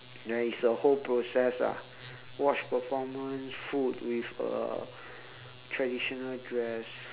there is a whole process ah watch performance food with uh traditional dress